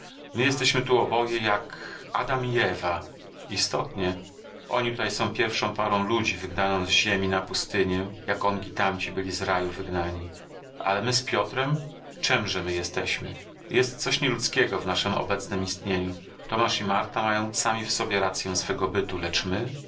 my jesteśmy tu oboje jak adam i ewa istotnie oni tutaj są pierwszą parą ludzi wygnaną z ziemi na pustynię jak ongi tamci byli z raju wygnani ale my z piotrem czemże my jesteśmy jest coś nieludzkiego w naszem obecnem istnieniu tomasz i marta mają sami w sobie rację swego bytu lecz